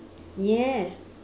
yes